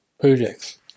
projects